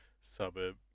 Suburb